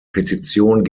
petition